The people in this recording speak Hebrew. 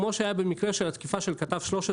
כמו שהיה במקרה של התקיפה של כתב 13